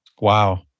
Wow